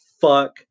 fuck